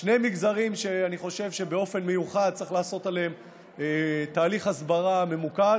שני מגזרים שאני חושב שבאופן מיוחד צריך לעשות להם תהליך הסברה ממוקד,